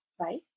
right